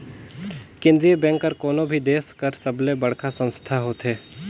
केंद्रीय बेंक हर कोनो भी देस कर सबले बड़खा संस्था होथे